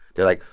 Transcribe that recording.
they're like,